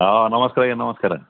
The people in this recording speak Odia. ହଁ ନମସ୍କାର ଆଜ୍ଞା ନମସ୍କାର